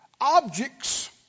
Objects